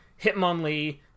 Hitmonlee